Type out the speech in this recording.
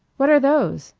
what are those?